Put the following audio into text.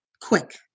quick